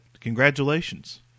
Congratulations